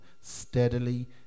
steadily